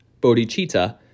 bodhicitta